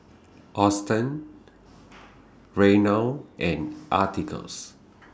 Auston Reynold and Atticus